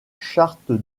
charte